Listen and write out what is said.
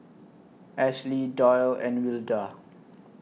Ashly Doyle and Wilda